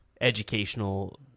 educational